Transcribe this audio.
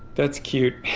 that's cute.